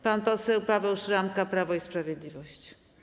Pan poseł Paweł Szramka, Prawo i Sprawiedliwość.